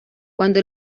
cuando